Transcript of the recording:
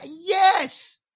yes